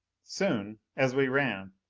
soon, as we ran,